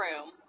room